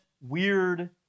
weird